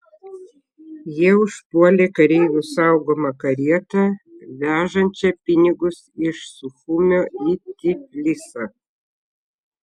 jie užpuolė kareivių saugomą karietą vežančią pinigus iš suchumio į tiflisą